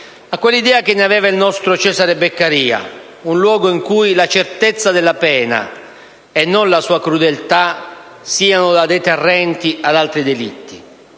a quella idea che ne aveva il nostro Cesare Beccaria: un luogo in cui la certezza della pena, e non la sua crudeltà, sia da deterrente ad altri delitti.